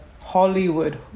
Hollywood